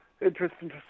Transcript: interesting